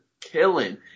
killing